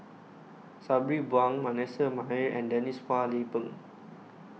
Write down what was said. Sabri Buang Manasseh Meyer and Denise Phua Lay Peng